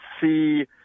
see